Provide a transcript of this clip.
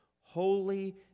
Holy